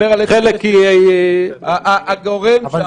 אני מדבר על זה שהגורם שאמור לאכוף לא מחזיק את הנתונים.